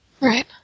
Right